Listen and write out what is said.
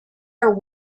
are